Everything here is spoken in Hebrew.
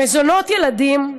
מזונות ילדים,